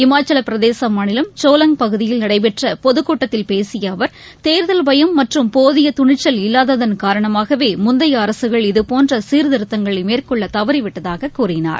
இமாச்சல பிரதேச மாநிலம் சோலங் பகுதியில் நடைபெற்ற பொதுக்கூட்டத்தில் பேசிய அவர் தேர்தல் பயம் மற்றும் போதிய துணிச்சல் இல்வாதாதன் காரணமாகவே முந்தைய அரசுகள் இதுபோன்ற சீர்திருத்தங்களை மேற்கொள்ள தவறிவிட்டதாக கூறினார்